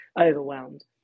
overwhelmed